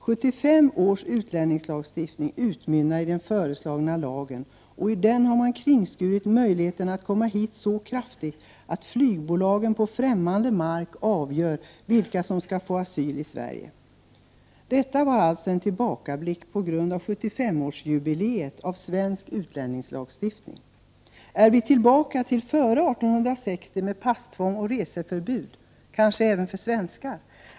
75 års utlänningslagstiftning utmynnar i den föreslagna lagen, och i den har man kringskurit möjligheterna att komma hit så kraftigt, att flygbolagen på främmande mark avgör vilka som skall få söka asyl i Sverige. Detta var alltså en tillbakablick på grund av 75-årsjubileet av svensk utlänningslagstiftning. Är vi tillbaka till före 1860 med passtvång och reseförbud även för svenskar?